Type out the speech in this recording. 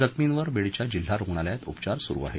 जखमींवर बीडच्या जिल्हा रूग्णालयात उपचार सुरू आहेत